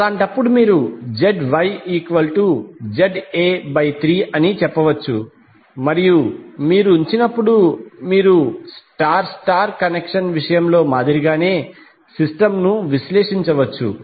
అలాంటప్పుడు మీరు ZYZ∆3 అని చెప్పవచ్చు మరియు మీరు ఉంచినప్పుడు మీరు స్టార్ స్టార్ కనెక్షన్ విషయంలో మాదిరిగానే సిస్టమ్ను విశ్లేషించవచ్చు